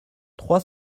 trois